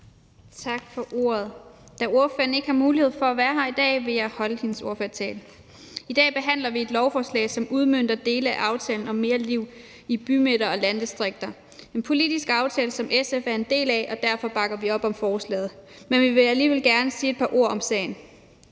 Tak for ordet. Da ordføreren ikke har mulighed for at være her i dag, vil jeg holde hendes ordførertale. I dag behandler vi et lovforslag, som udmønter dele af aftalen om mere liv i bymidter og landdistrikter – en politisk aftale, som SF er en del af, og derfor bakker vi op om forslaget, men vi vil alligevel gerne sige et par ord om sagen.